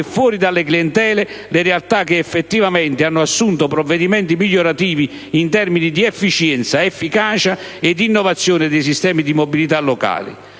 fuori dalle clientele le realtà che effettivamente hanno assunto provvedimenti migliorativi in termini di efficienza, efficacia ed innovazione dei sistemi di mobilità locale.